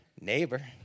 neighbor